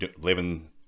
living